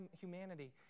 humanity